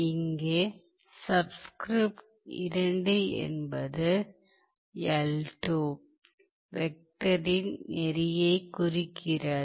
இங்கே சப்ஸ்கிரிப்ட் 2 என்பது l2 வெக்டரின் நெறியைக் குறிக்கிறது